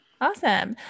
Awesome